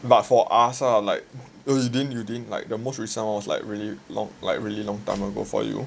but for us ah like oh you didn't you didn't like the most recent one was like really long like a really long time ago for you